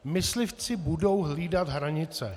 Myslivci budou hlídat hranice.